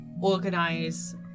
organize